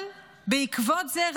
אבל בעקבות זה,